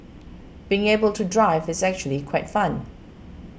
being able to drive is actually quite fun